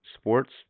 sports